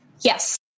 Yes